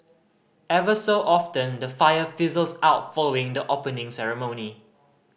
ever so often the fire fizzles out following the Opening Ceremony